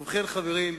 ובכן, חברים,